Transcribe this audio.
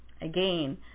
again